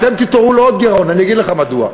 אתם תתעוררו לא רק לגירעון, ואני אגיד לך מדוע,